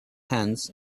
hands